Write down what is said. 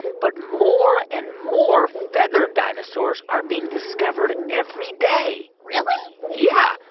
but more and more feathered dinosaurs are being discovered every day really? yeah.